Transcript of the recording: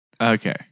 Okay